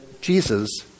Jesus